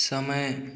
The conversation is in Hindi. समय